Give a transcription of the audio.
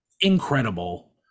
incredible